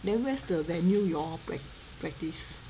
then where's the venue ya'll prac~ practice